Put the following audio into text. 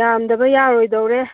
ꯌꯥꯝꯗꯕ ꯌꯥꯔꯣꯏꯗꯧꯔꯦ